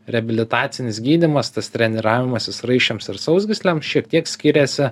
reabilitacinis gydymas tas treniravimasis raiščiams ir sausgyslėms šiek tiek skiriasi